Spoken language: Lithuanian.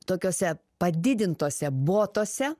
tokiuose padidintuose botuose